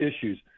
issues